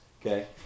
okay